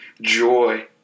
joy